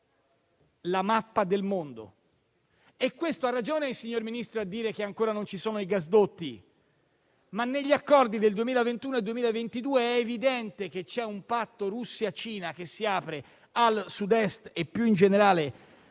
la mappa del mondo. Su questo ha ragione il signor Ministro a dire che ancora non ci sono i gasdotti; ma negli accordi del 2021 e del 2022 è evidente che c'è un patto Russia-Cina che si apre al Sud-Est e, più in generale,